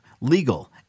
legal